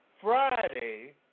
Friday